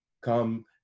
Come